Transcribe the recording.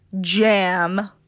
Jam